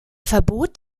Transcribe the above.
verbot